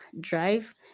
drive